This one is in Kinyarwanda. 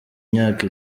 imyaka